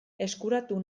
eskuratu